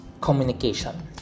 communication